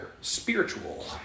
Spiritual